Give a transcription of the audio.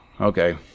Okay